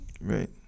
right